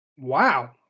Wow